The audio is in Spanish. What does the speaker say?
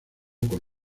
con